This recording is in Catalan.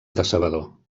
decebedor